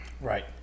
Right